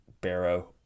Barrow